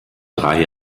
drei